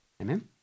Amen